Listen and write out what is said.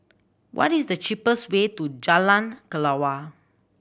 what is the cheapest way to Jalan Kelawar